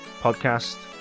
podcast